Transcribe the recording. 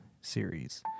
series